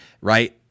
right